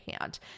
hand